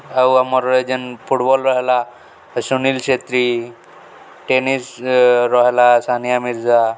ଆଉ ଆମର ଯେନ୍ ଫୁଟବଲ୍ର ହେଲା ସୁନୀଲ ଛେତ୍ରୀ ଟେନିସ୍ର ହେଲା ସାନିଆ ମିର୍ଜା